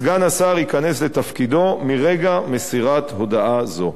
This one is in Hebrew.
סגן השר ייכנס לתפקידו מרגע מסירת הודעה זו.